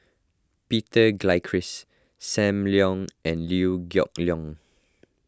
Peter Gilchrist Sam Leong and Liew Geok Leong